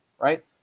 Right